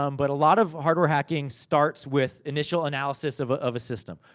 um but a lot of hardware hacking starts with initial analysis of ah of a system.